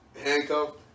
handcuffed